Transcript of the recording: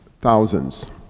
thousands